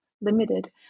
limited